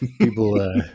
People